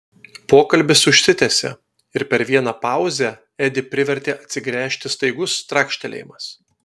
pokalbis užsitęsė ir per vieną pauzę edį privertė atsigręžti staigus trakštelėjimas